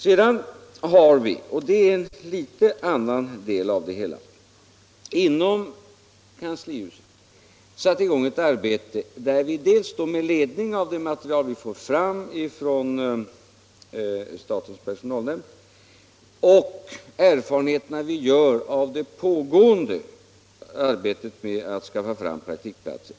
Sedan har vi — och det är en litet annorlunda del av det hela — inom kanslihuset satt i gång ett arbete med ledning av det material vi får fram från statens personalnämnd och de erfarenheter vi gör av det pågående arbetet med att skaffa fram praktikplatser.